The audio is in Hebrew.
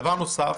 דבר נוסף,